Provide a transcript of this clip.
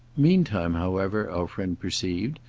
meantime, however, our friend perceived,